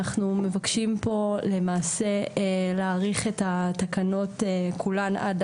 אנחנו מבקשים פה למעשה להאריך את התקנות כולן עד